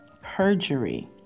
perjury